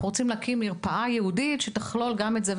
אנחנו רוצים להקים מרפאה ייעודית שתכלול גם את זה,